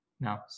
Now